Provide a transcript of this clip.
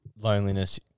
loneliness